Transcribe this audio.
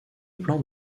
plan